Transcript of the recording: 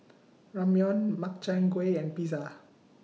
Ramyeon Makchang Gui and Pizza